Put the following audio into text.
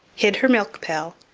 hid her milk-pail,